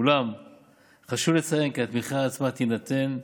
אולם חשוב לציין כי התמיכה עצמה תינתן,